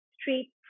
street